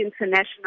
international